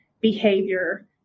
behavior